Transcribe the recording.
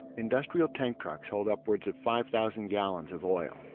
industrial tank trucks hold upwards of five thousand gallons of oil.